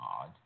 odd